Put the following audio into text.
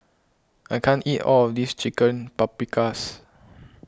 I can't eat all of this Chicken Paprikas